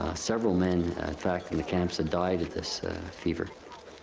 several men, in fact in the camps, had died of this fever.